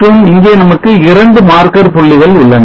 மற்றும் இங்கே நமக்கு 2 மார்க்கர் புள்ளிகள் உள்ளன